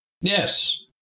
Yes